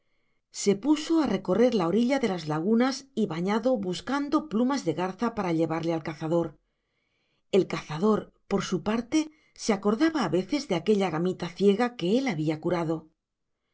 se puso a recorrer la orilla de las lagunas y bañados buscando plumas de garza para llevarle al cazador el cazador por su parte se acordaba a veces de aquella gamita ciega que él había curado